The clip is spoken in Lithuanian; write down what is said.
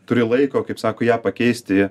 turi laiko kaip sako ją pakeisti